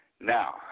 Now